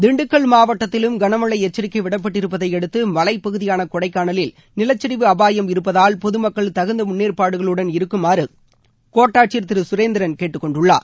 திண்டுக்கல் மாவட்டத்திலும் கனமழை எச்சிக்கை விடப்பட்டிருப்பதை அடுத்து மலைப் பகுதியான கொடைக்காளலில் நிலச்சரிவு அபாயம் இருப்பதால் பொதுமக்கள் தகுந்த முன்னேற்பாடுகளுடன் இருக்குமாறு கோட்டாட்சியா் திரு சுரேந்திரன் கேட்டுக்கொண்டுள்ளார்